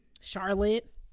Charlotte